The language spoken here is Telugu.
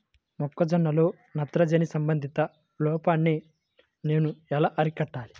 మొక్క జొన్నలో నత్రజని సంబంధిత లోపాన్ని నేను ఎలా అరికట్టాలి?